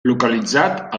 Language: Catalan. localitzat